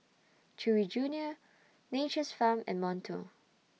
Chewy Junior Nature's Farm and Monto